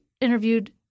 interviewed